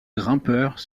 grimpeurs